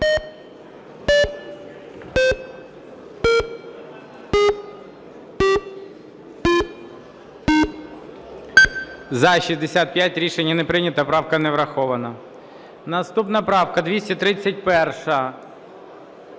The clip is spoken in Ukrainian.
За-65 Рішення не прийнято. Правка не врахована. Наступна правка 231-а.